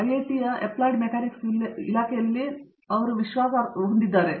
IIT ಮತ್ತು applied mechanics ಇಲಾಖೆಯಲ್ಲಿ ಅವರು ವಿಶ್ವಾಸ ಪಡೆಯುತ್ತಾರೆ